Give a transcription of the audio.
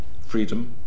freedom